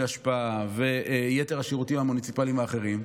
אשפה ויתר השירותים המוניציפליים האחרים,